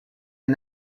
and